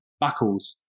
buckles